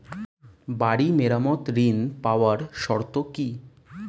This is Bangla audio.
বাড়ি মেরামত ঋন পাবার শর্ত কি?